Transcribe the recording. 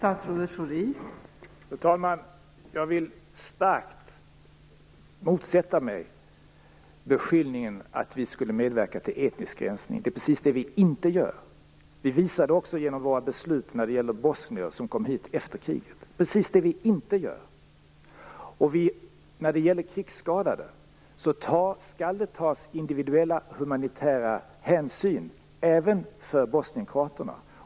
Fru talman! Jag vill starkt motsätta mig beskyllningen att vi skulle medverka till etnisk rensning. Det är precis det som vi inte gör. Det visar vi också genom våra beslut när det gäller bosnier som kom hit efter kriget. Beträffande krigsskadade skall det tas individuella och humanitära hänsyn även för bosnienkroaterna.